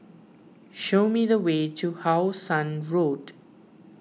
show me the way to How Sun Road